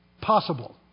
possible